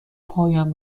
پایم